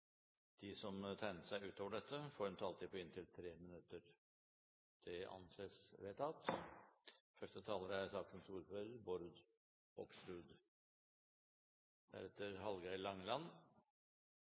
de som måtte tegne seg på talerlisten utover den fordelte taletid, får en taletid på inntil 3 minutter. – Det anses vedtatt. Første taler er